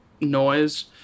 noise